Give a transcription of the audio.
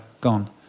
gone